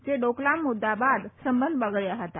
જે ડોકલામ મુદ્દા બાદ સંબંધ બગડ્યા હતા